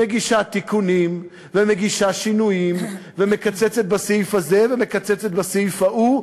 מגישה תיקונים ומגישה שינויים ומקצצת בסעיף הזה ומקצצת בסעיף ההוא,